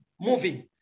moving